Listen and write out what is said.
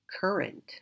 current